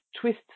twist